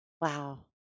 Wow